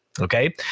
okay